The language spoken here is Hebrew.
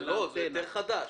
זה היתר חדש.